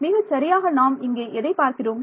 மாணவர் மிகச்சரியாக நாம் இங்கே எதைப் பார்க்கிறோம்